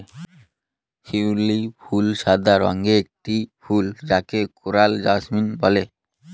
শিউলি ফুল সাদা রঙের একটি ফুল যাকে কোরাল জাসমিন বলে